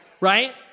Right